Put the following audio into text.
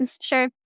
sure